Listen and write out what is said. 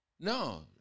No